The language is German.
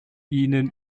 ihnen